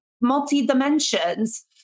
multi-dimensions